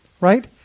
right